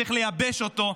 צריך לייבש אותו.